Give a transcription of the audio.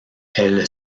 elle